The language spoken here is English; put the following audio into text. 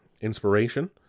inspiration